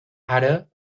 ara